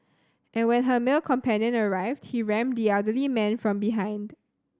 and when her male companion arrived he rammed the elderly man from behind